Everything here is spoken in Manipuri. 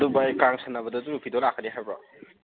ꯑꯗꯨ ꯚꯥꯏ ꯀꯥꯡ ꯁꯥꯟꯅꯕꯗꯣ ꯑꯗꯨ ꯅꯨꯄꯤꯗꯣ ꯂꯥꯛꯀꯅꯤ ꯍꯥꯏꯕ꯭ꯔꯣ